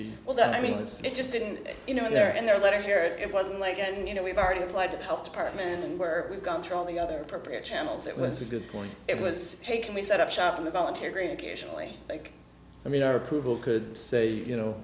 be well done i mean it just didn't you know there in their letter here it wasn't like and you know we've already applied to health department where we've gone through all the other appropriate channels it was a good point it was hey can we set up shop in the volunteer green occasionally like i mean our approval could say you know